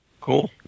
Cool